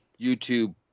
YouTube